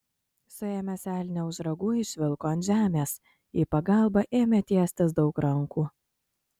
suėmęs elnią už ragų išvilko ant žemės į pagalbą ėmė tiestis daug rankų